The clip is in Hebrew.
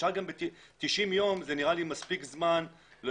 לפי דעתנו 60 ימים זה מעט זמן.